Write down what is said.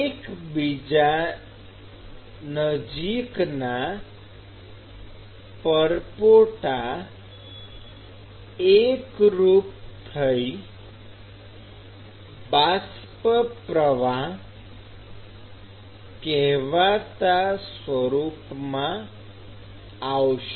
એકબીજા નજીકના પરપોટા એકરૂપ થઈ બાષ્પ પ્રવાહ કેહવાતા સ્વરૂપમાં આવશે